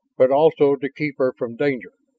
but also to keep her from danger.